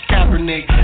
Kaepernick